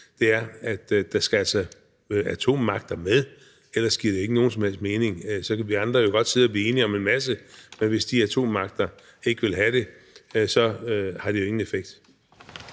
at der altså skal atommagter med. Ellers giver det ikke nogen som helst mening. Så kan vi andre godt sidde og blive enige om en masse, men hvis atommagterne ikke vil have det, har det jo ingen effekt.